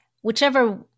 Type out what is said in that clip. whichever